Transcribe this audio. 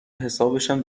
حسابشم